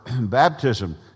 baptism